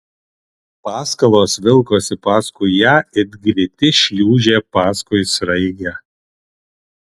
paskalos vilkosi paskui ją it gliti šliūžė paskui sraigę